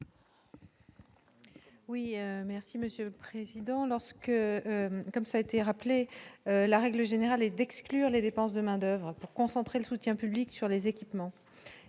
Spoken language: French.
Oui, merci Monsieur le Président, lorsque, comme ça été rappelé la règle générale et d'exclure les dépenses de main-d'oeuvre pour concentrer le soutien public sur les équipements